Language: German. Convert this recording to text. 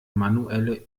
manuelle